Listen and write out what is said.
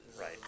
Right